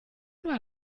war